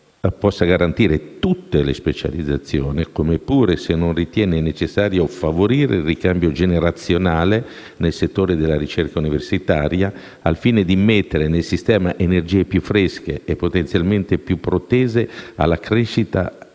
possa garantire tutte le specializzazioni, come pure se non ritiene necessario favorire il ricambio generazionale nel settore della ricerca universitaria al fine di immettere nel sistema energie più fresche e potenzialmente più protese alla crescita e alla